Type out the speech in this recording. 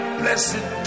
blessed